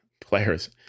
Players